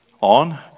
On